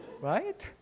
Right